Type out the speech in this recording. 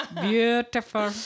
Beautiful